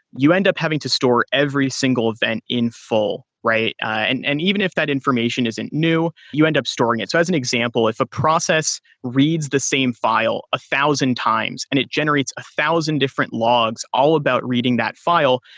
you end up having to store every single event in full, and and even if that information isn't new, you end up storing it. so as an example, if the ah process reads the same file a thousand times and it generates a thousand different logs all about reading that file,